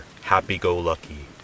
happy-go-lucky